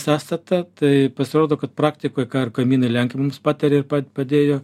sąstatą tai pasirodo kad praktikoj kad ką ir kaimynai lenkai mums patarė padėjo